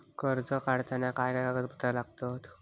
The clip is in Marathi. कर्ज काढताना काय काय कागदपत्रा लागतत?